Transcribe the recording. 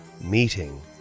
meeting